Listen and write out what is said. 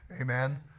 amen